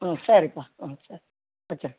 ம் சரிப்பா ம் சரி வெச்சுட்றேன்